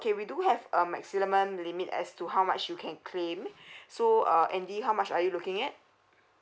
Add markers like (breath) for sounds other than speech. okay we do have a maximum limit as to how much you can claim (breath) so uh andy how much are you looking at